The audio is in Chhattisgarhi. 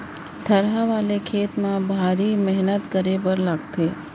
थरहा वाले खेत म भारी मेहनत करे बर लागथे